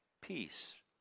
peace